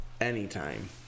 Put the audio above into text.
Anytime